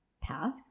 path